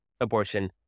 abortion